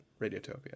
Radiotopia